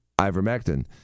ivermectin